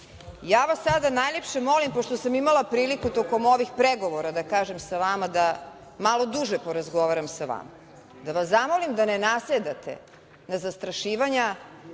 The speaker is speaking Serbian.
Ja vas sada najlepše molim, pošto sam imala priliku tokom ovih pregovora sa vama, da malo duže porazgovaram sa vama, da vas zamolim da ne nasedate na zastrašivanja,